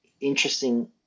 interesting